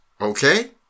okay